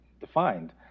defined